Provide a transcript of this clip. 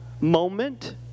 moment